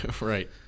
right